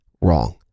wrong